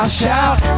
shout